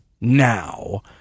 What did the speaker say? now